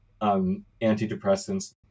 antidepressants